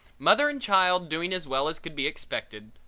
mother and child doing as well as could be expected,